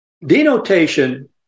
Denotation